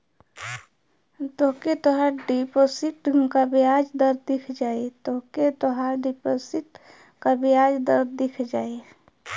तोके तोहार डिपोसिट क बियाज दर दिख जाई